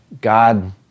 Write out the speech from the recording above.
God